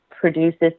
produces